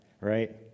Right